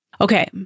Okay